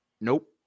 Nope